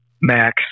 Max